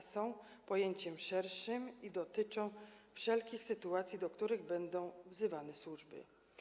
Jest to pojęcie szersze i dotyczy wszelkich sytuacji, do których będą wzywane służby.